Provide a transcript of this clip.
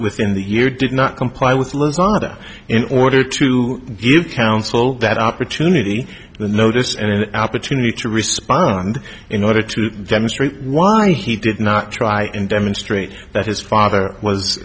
within the year did not comply with lasagna in order to give counsel that opportunity the notice and an opportunity to respond in order to demonstrate why he did not try and demonstrate that his father was